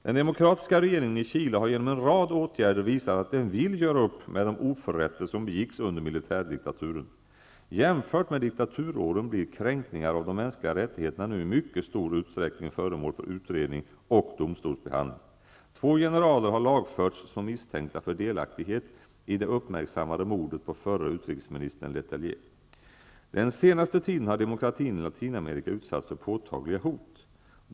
Den demokratiska regeringen i Chile har genom en rad åtgärder visat att den vill göra upp med de oförrätter som begicks under militärdiktaturen. Jämfört med diktaturåren blir kränkningar av de mänskliga rättigheterna nu i mycket stor utsträckning föremål för utredning och domstolsbehandling. Två generaler har lagförts som misstänkta för delaktighet i det uppmärksammade mordet på förre utrikesministern Letelier. Den senaste tiden har demokratin i Latinamerika utsatts för påtagliga hot.